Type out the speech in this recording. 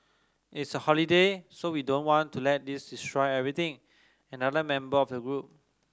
it's a holiday so we don't want to let this destroy everything another member of the group